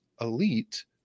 elite